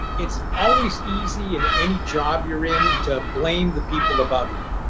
it's always easy in any job you're in to blame the people above you.